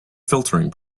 filtering